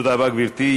תודה רבה, גברתי.